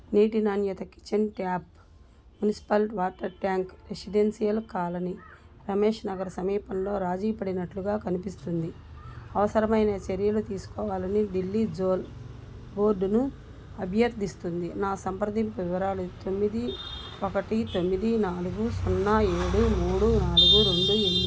నీటి నాణ్యత kitchen tap municipal water tank residential colony Ramesh Nagar సమీపంలో రాజీపడినట్లుగా కనిపిస్తుంది అవసరమైన చర్యలు తీసుకోవాలని ఢిల్లీ జోల్ బోర్డును అభ్యర్థిస్తుంది నా సంప్రదింపు వివరాలు తొమ్మిది ఒకటి తొమ్మిది నాలుగు సున్నా ఏడు మూడు నాలుగు రెండు ఎనిమిది